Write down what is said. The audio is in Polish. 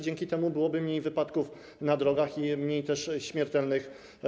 Dzięki temu byłoby mniej wypadków na drogach i mniej ofiar śmiertelnych.